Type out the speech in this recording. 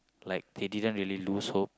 like they didn't really lose hope